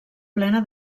plena